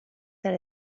that